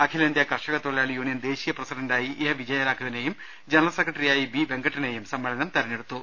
അഖിലേന്ത്യ കർഷ ക തൊഴിലാളി യൂണിയൻ ദേശീയ പ്രസിഡന്റായി എ വിജയരാഘവനെ യും ജനറൽ സെക്രട്ടറിയായി ബി വെങ്കട്ടിനെയും സമ്മേളനം തിരഞ്ഞെടു ത്തു